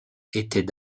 étaient